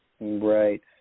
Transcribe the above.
Right